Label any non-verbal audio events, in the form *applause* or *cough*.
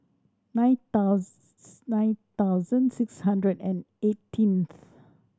nine *unintelligible* nine thousand six hundred and eighteenth